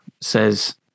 says